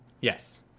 Yes